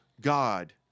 God